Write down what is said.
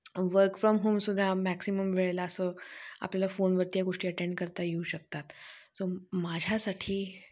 work from home सुद्धा maximum वेळेला असं आपल्याला फोनवरती गोष्टी या अटेंड करता येऊ शकतात सो माझ्यासाठी